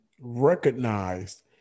recognized